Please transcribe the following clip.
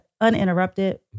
uninterrupted